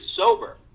sober